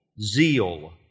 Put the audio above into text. Zeal